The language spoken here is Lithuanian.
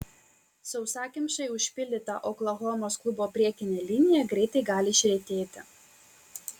sausakimšai užpildyta oklahomos klubo priekinė linija greitai gali išretėti